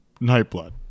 Nightblood